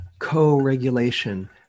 Co-regulation